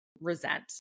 resent